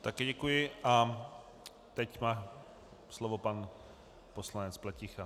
Také děkuji a teď má slovo pan poslanec Pleticha.